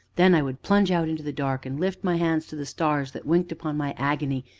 then i would plunge out into the dark, and lift my hands to the stars that winked upon my agony,